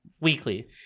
Weekly